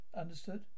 Understood